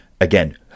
again